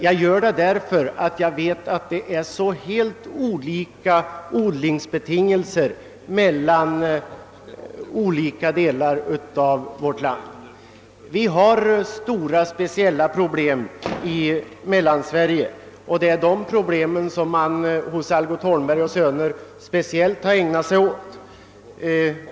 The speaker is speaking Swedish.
Jag gör det därför att jag vet att odlingsbetingelserna är helt olika i olika delar av vårt land. Vi har stora speciella problem i Mellansverige, och det är åt de problemen Algot Holmberg och Söner speciellt har ägnat sig.